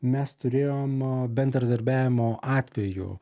mes turėjom bendradarbiavimo atvejų